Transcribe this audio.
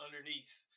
underneath